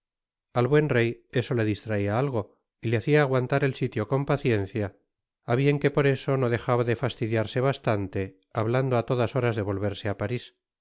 al buen rey eso le distraia algo y le hacia aguantar el sitio con paciencia á bien que por eso no dejaba de fastidiarse bastante hablando á todas horas de volverse á parís de